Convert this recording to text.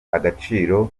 agaciro